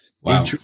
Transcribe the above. Wow